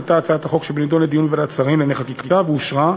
עלתה הצעת החוק שבנדון לדיון בוועדת השרים לענייני חקיקה ואושרה.